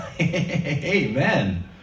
Amen